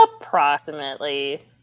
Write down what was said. Approximately